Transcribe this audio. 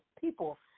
people